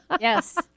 Yes